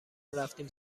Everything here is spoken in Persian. رفتیم